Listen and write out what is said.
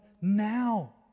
now